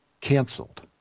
canceled